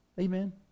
Amen